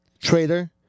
Trader